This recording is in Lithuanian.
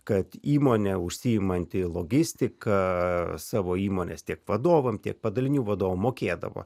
kad įmonė užsiimanti logistika savo įmonės tiek vadovams tiek padalinių vadovams mokėdavo